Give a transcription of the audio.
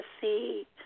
see